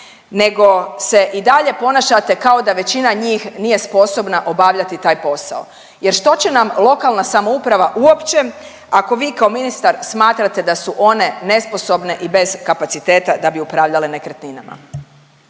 nego se i dalje ponašate kao da većina njih nije sposobna obavljati taj posao jer što će nam lokalna samouprava uopće ako vi kao ministar smatrate da da su one nesposobne i bez kapaciteta da bi upravljale nekretninama?